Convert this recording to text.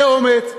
זה אומץ,